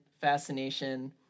fascination